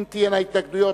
אם תהיינה התנגדויות,